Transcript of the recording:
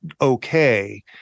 okay